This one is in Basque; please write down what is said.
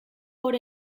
hor